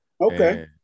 Okay